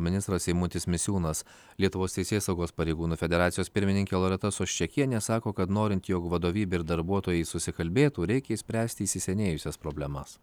ministras eimutis misiūnas lietuvos teisėsaugos pareigūnų federacijos pirmininkė loreta soščekienė sako kad norint jog vadovybė ir darbuotojai susikalbėtų reikia išspręsti įsisenėjusias problemas